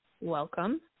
welcome